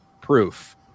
proof